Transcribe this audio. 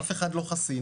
אף אחד לא חסין,